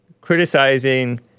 criticizing